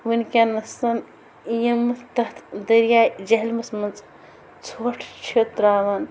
وٕنکیٚنَسَن یِم تَتھ دریاے جہلمَس منٛز ژھوٚٹ چھِ تراوان